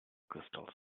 crystals